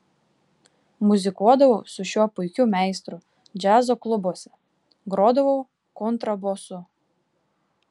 muzikuodavau su šiuo puikiu meistru džiazo klubuose grodavau kontrabosu